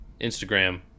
Instagram